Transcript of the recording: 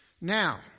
now